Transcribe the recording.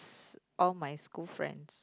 all my school friends